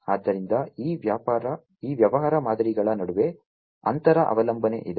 ಆದ್ದರಿಂದ ಈ ವ್ಯವಹಾರ ಮಾದರಿಗಳ ನಡುವೆ ಅಂತರ ಅವಲಂಬನೆ ಇದೆ